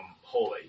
holy